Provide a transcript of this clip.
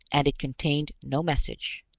and it contained no message.